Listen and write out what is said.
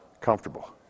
comfortable